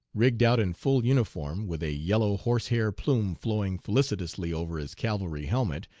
rigged out in full uniform, with a yellow horse-hair plume flowing felicitously over his cavalry helmet,